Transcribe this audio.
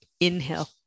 Inhale